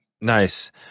Nice